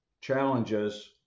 challenges